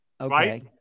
Okay